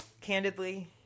candidly